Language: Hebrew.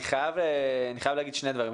אני חייב לומר שני דברים.